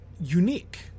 unique